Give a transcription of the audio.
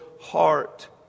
heart